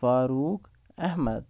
Farooq Ahmad